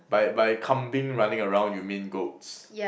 by by kambing running around you mean goats